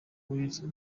rallye